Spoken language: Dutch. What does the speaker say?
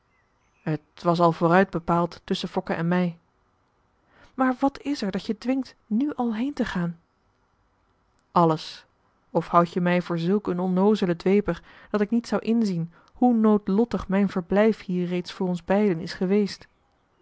het was al vooruit bepaald tusschen fokke en mij maar wat is er dat je dwingt nu al heentegaan alles of houd je mij voor zulk een onnoozelen dweper dat ik niet zou inzien hoe noodlottig mijn verblijf hier reeds voor ons beiden is geweest